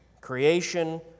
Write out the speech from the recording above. creation